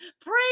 pray